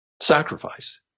sacrifice